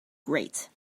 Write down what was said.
great